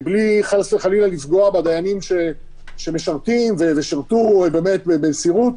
בלי חס וחלילה לפגוע בדיינים שמשרתים ושירתו באמת במסירות,